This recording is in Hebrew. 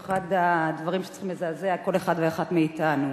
אחד הדברים שצריכים לזעזע כל אחד ואחת מאתנו.